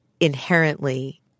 inherently